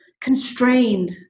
constrained